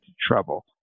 trouble